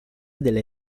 delle